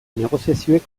negoziazioek